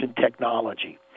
technology